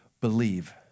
Believe